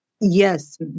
Yes